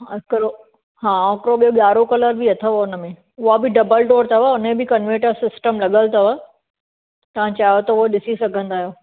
ऐं हिकिड़ो हा हिकिड़ो ॿियो ॻाड़िहो कलर बि अथव हुन में उहा बि डबल डोर अथव उन जी बि कनवेटर सिस्टम लॻल अथव तव्हां चाहियो त उहो ॾिसी सघंदा आहियो